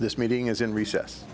this meeting is in recess